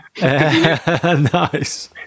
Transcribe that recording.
Nice